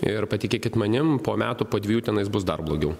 ir patikėkit manim po metų po dvejų tenais bus dar blogiau